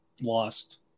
lost